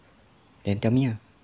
then tell me lah